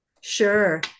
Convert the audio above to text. Sure